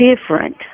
different